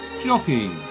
Jockeys